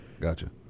Gotcha